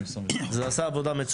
זה עשה עבודה נהדרת ב-2022.